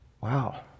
Wow